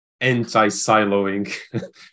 anti-siloing